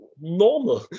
normal